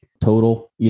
total